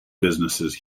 businesses